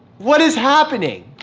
what is happening?